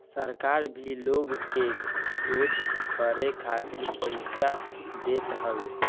सरकार भी लोग के शोध करे खातिर पईसा देत हवे